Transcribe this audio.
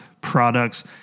Products